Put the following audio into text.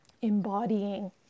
embodying